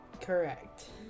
Correct